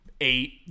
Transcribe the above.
eight